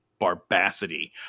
Barbacity